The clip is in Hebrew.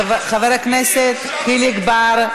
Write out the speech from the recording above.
חבר הכנסת חיליק בר,